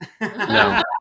No